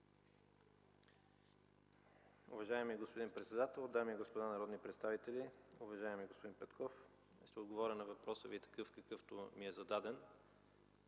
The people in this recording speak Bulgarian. Уважаеми господин председател, дами и господа народни представители, уважаеми господин Петков, ще отговоря на въпроса Ви такъв, какъвто ми е зададен,